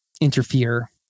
interfere